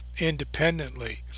independently